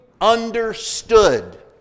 understood